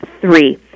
three